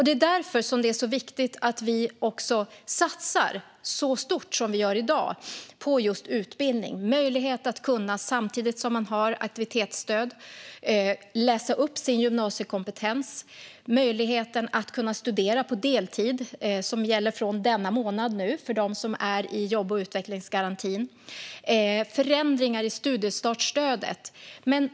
Det är därför det är så viktigt att vi satsar så stort som vi gör i dag på just utbildning, det vill säga möjlighet att samtidigt som man uppbär aktivitetsstöd läsa upp sin gymnasiekompetens och att studera på deltid - som gäller från denna månad för dem som befinner sig i jobb och utvecklingsgarantin - med hjälp av förändringar i studiestartsstödet.